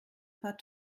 pas